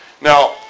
Now